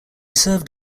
served